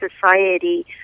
Society